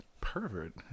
pervert